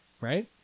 right